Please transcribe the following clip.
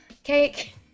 Cake